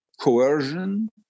coercion